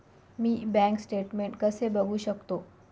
मी bank statement कसे बघू शकतो?